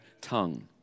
tongue